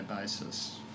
basis